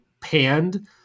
panned